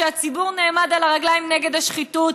כשהציבור נעמד על הרגליים נגד השחיתות,